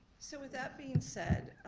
so, with that being said,